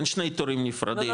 אין שני תורים נפרדים,